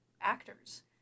actors